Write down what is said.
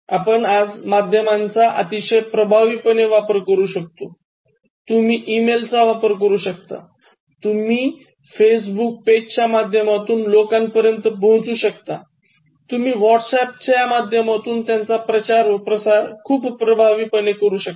आपण आजच्या माध्यमांचा अतिशय प्रभावीपणे वापर करू शकता तुम्ही ई मेलचा वापर करू शकता तुम्ही फेसबुक पेज च्या माध्यमातून लोकांपर्यंत पोहचवू शकता तुम्ही व्हाट्स ऍप च्या माध्यमातून त्यांचा प्रचार व प्रसार खूप प्रभावीपणे करू शकता